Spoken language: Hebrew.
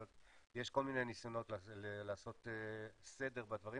יש כל מיני ניסיונות לעשות סדר בדברים